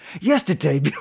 Yesterday